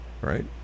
right